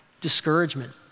discouragement